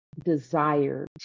desire